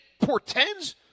portends